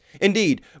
Indeed